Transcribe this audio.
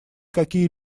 какие